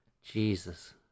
Jesus